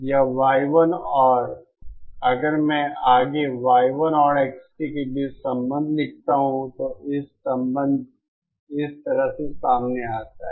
यह y1 और अगर मैं आगे y1 और x के बीच संबंध लिखता हूं तो संबंध इस तरह से सामने आता है